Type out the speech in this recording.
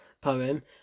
poem